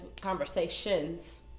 conversations